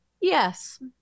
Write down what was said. yes